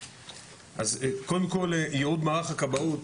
קודם כל ייעוד מערך הכבאות,